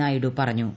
നായിഡു പറഞ്ഞു